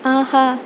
ஆஹா